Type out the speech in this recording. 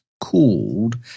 called